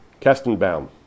Kestenbaum